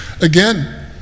Again